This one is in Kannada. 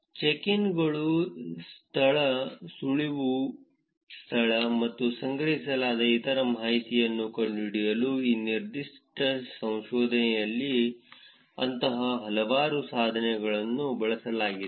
ಚೆಕ್ ಇನ್ಗಳ ಸ್ಥಳ ಸುಳಿವುಗಳ ಸ್ಥಳ ಮತ್ತು ಸಂಗ್ರಹಿಸಲಾದ ಇತರ ಮಾಹಿತಿಯನ್ನು ಕಂಡುಹಿಡಿಯಲು ಈ ನಿರ್ದಿಷ್ಟ ಸಂಶೋಧನೆಯಲ್ಲಿ ಅಂತಹ ಹಲವಾರು ಸಾಧನಗಳನ್ನು ಬಳಸಲಾಗಿದೆ